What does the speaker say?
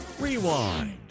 Rewind